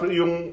yung